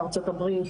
ארצות הברית,